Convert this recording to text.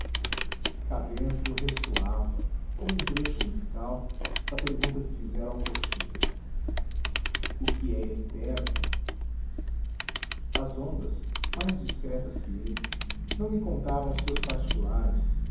cá dentro ressoava como um trecho musical a pergunta que fizera ao cocheiro o que é eterno as ondas mais discretas que ele não me contaram os seus particulares